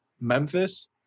Memphis